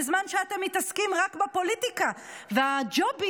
בזמן שאתם מתעסקים רק בפוליטיקה והג'ובים,